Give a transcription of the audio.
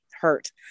hurt